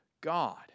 God